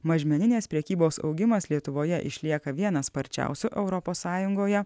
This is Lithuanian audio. mažmeninės prekybos augimas lietuvoje išlieka vienas sparčiausių europos sąjungoje